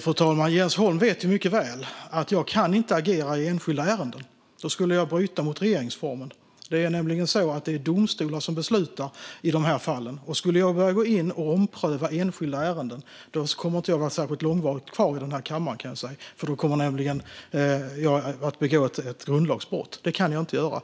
Fru talman! Jens Holm vet mycket väl att jag inte kan agera i enskilda ärenden. Då skulle jag bryta mot regeringsformen. Det är nämligen domstolar som beslutar i de här fallen. Skulle jag börja gå in och ompröva enskilda ärenden kommer jag inte att vara kvar här i kammaren särskilt länge, för då kommer jag att begå ett grundlagsbrott. Det kan jag inte göra.